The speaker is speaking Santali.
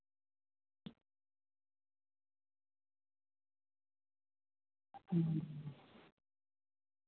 ᱦᱩᱸ